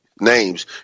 names